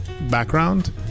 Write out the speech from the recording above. background